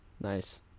Nice